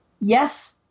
yes